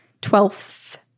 Twelfth